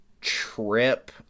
trip